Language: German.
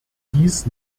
dies